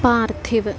पार्थिवः